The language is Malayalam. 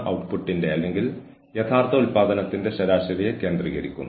ഒപ്പം ജീവനക്കാരെന്ന നിലയിൽ ഉൽപ്പാദനക്ഷമത നിലനിർത്താൻ അവരെ സഹായിക്കുന്നു